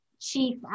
chief